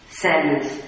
sadness